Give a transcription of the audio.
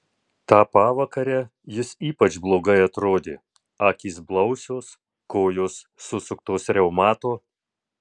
tą pavakarę jis ypač blogai atrodė akys blausios kojos susuktos reumato